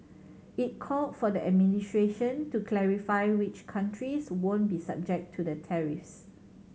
it called for the administration to clarify which countries won't be subject to the tariffs